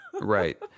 Right